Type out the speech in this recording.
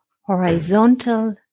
horizontal